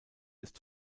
ist